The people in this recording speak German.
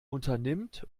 unternimmt